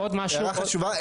הערה חשובה.